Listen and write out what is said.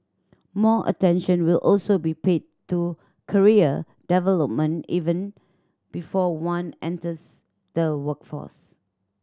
more attention will also be paid to career development even before one enters the workforce